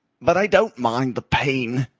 but i don't mind the pain,